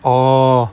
orh